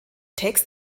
text